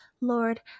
Lord